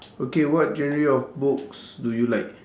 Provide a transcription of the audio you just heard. okay what genre of books do you like